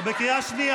אתה תרבות השיח.